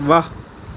ਵਾਹ